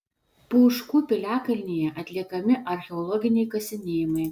pūškų piliakalnyje atliekami archeologiniai kasinėjimai